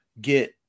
get